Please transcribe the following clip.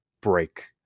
break